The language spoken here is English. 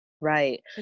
Right